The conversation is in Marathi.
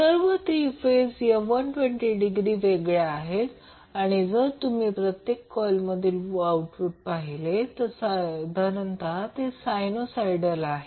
सर्व 3 फेज या 120 डिग्री वेगळ्या आहेत आणि जर तुम्ही प्रत्येक कॉइलमधील आउटपुट पाहिले तर ते साधारण सायनु सायडल आहे